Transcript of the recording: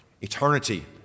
eternity